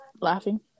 laughing